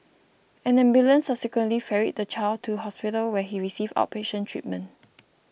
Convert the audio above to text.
an ambulance subsequently ferried the child to hospital where he received outpatient treatment